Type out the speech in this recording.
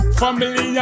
family